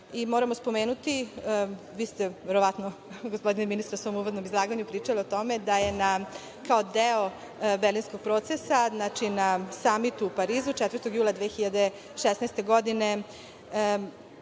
Moramo spomenuti, vi ste verovatno, gospodine ministre, u svom uvodnom izlaganju pričali o tome da je kao deo Berlinskog procesa, znači, na Samitu u Parizu 4. jula 2016. godine,